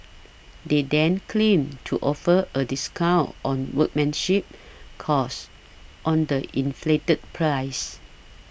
they then claim to offer a discount on workmanship cost on the inflated price